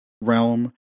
realm